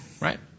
right